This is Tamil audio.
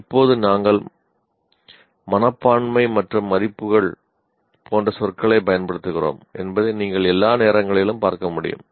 இப்போது நாங்கள் மனப்பான்மை மற்றும் மதிப்புகள் என்ற சொற்களைப் பயன்படுத்துகிறோம் என்பதை நீங்கள் எல்லா நேரங்களிலும் பார்க்க முடியும்